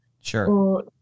Sure